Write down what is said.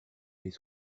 les